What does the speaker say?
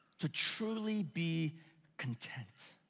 to truly be content.